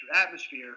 atmosphere